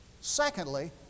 Secondly